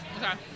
Okay